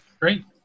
Great